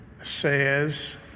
says